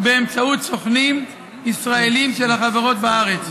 באמצעות סוכנים ישראלים של החברות בארץ,